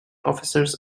officers